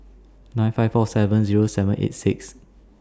nine five four seven Zero seven eight six